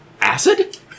Acid